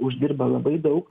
uždirba labai daug